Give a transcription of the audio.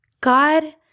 God